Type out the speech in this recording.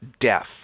death